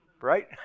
Right